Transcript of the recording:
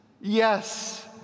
Yes